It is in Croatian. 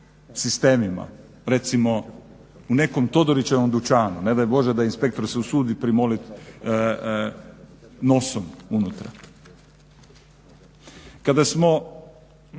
sistemima, recimo u nekom Todorićevom dućanu ne daj Bože da inspektor se usudi primolit nosom unutra. Kada smo